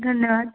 धन्यवाद